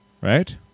right